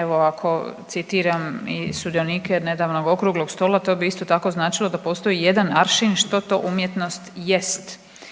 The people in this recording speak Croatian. Evo ako citiram i sudionike nedavnog okruglog stola, to bi isto tako značilo da postoji ijedan aršin što to umjetnost jest.